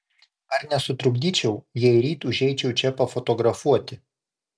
ar nesutrukdyčiau jei ryt užeičiau čia pafotografuoti